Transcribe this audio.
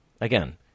again